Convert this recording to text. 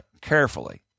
carefully